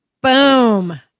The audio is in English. Boom